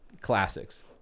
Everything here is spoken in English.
classics